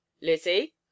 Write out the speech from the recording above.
Lizzie